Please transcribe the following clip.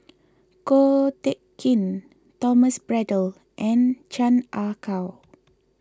Ko Teck Kin Thomas Braddell and Chan Ah Kow